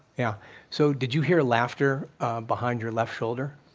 yeah so did you hear laughter behind your left shoulder?